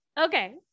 okay